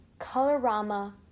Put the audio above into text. Colorama